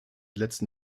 letzten